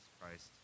Christ